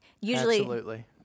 usually-